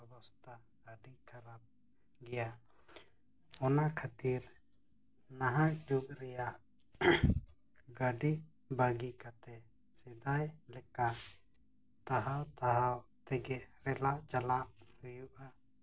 ᱚᱵᱚᱯᱥᱛᱷᱟ ᱟᱹᱰᱤ ᱠᱷᱟᱨᱟᱯ ᱜᱮᱭᱟ ᱚᱱᱟ ᱠᱷᱟᱹᱛᱤᱨ ᱱᱟᱦᱟᱜ ᱡᱩᱜᱽ ᱨᱮᱭᱟᱜ ᱜᱟᱹᱰᱤ ᱵᱟᱹᱜᱤ ᱠᱟᱛᱮᱫ ᱥᱮᱫᱟᱭ ᱞᱮᱠᱟ ᱛᱟᱦᱟᱣ ᱛᱟᱦᱟᱣ ᱛᱮᱜᱮ ᱨᱮᱞᱟ ᱪᱟᱞᱟᱜ ᱦᱩᱭᱩᱜᱼᱟ